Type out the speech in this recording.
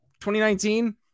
2019